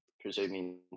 presuming